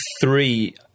three